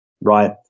right